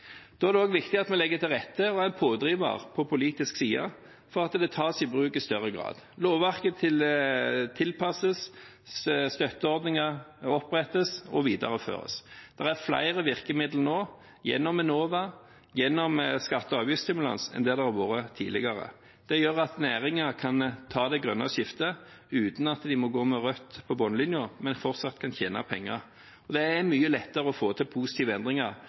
Da er det også viktig at vi legger til rette og er pådriver på politisk side for at det tas i bruk i større grad. Lovverket tilpasses, støtteordninger opprettes og videreføres. Det er flere virkemidler nå – gjennom Enova, gjennom skatte- og avgiftsstimulans – enn det har vært tidligere. Det gjør at næringen kan ta det grønne skiftet uten at de må gå med rødt på bunnlinjen, men fortsatt kan tjene penger. Det er mye lettere å få til positive endringer